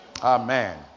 Amen